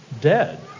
dead